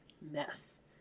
mess